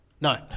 No